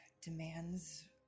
demands